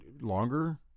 longer